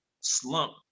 slump